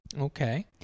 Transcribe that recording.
Okay